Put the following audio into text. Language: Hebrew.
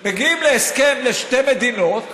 מגיעים להסכם לשתי מדינות,